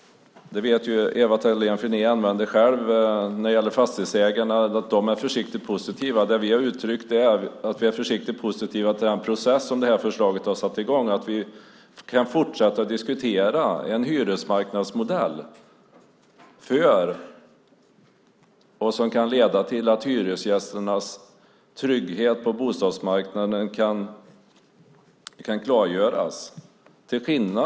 Ewa Thalén Finné sade själv att Fastighetsägarna är försiktigt positiva. Vi har uttryckt att vi är försiktigt positiva till den process som det här förslaget har satt i gång och att vi kan fortsätta att diskutera en hyresmarknadsmodell som kan leda till att hyresgästernas trygghet på bostadsmarknaden blir tydlig.